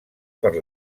per